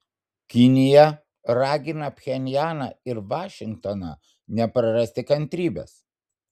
kinija ragina pchenjaną ir vašingtoną neprarasti kantrybės